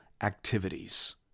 activities